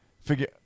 figure